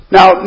Now